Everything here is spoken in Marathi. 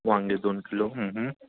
वांगे दोन किलो